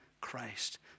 Christ